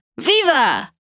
Viva